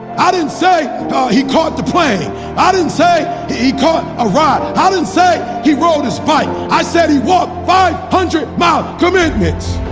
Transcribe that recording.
i didn't say he caught the plane i didn't say he caught a ride i didn't say he rode his bike i said he walked five hundred miles! committment!